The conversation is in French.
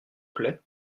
plait